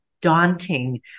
daunting